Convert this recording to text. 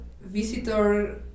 Visitor